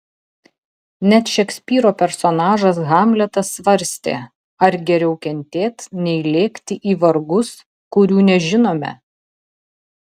net šekspyro personažas hamletas svarstė ar geriau kentėt nei lėkti į vargus kurių nežinome